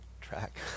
track